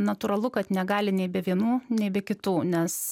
natūralu kad negali nei be vienų nei be kitų nes